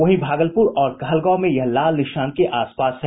वहीं भागलपुर और कहलगांव में यह लाल निशान के आसपास है